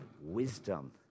wisdom